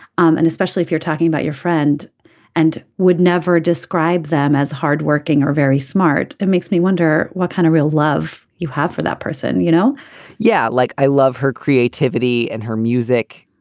um and especially if you're talking about your friend and would never describe them as hardworking or very smart. it makes me wonder what kind of real love you have for that person you know yeah like i love her creativity and her music.